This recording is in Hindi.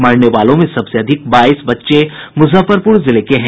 मरने वालों में सबसे अधिक बाईस बच्चे मुजफ्फरपुर जिले के हैं